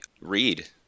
read